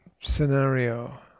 scenario